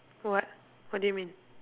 what what do you mean